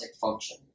function